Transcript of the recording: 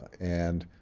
and